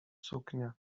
suknia